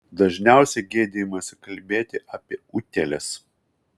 dažniausiai gėdijamasi kalbėti apie utėles